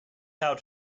how